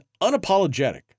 unapologetic